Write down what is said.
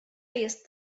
jest